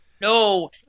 No